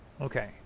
Okay